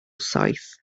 saith